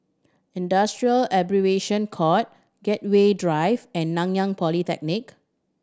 Industrial Arbitration Court Gateway Drive and Nanyang Polytechnic